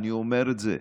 אני אומר את זה.